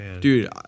Dude